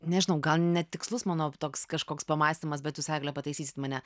nežinau gal netikslus manau toks kažkoks pamąstymas bet jūs egle pataisysit mane